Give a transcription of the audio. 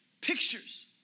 pictures